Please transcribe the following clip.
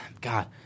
god